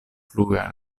plue